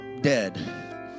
dead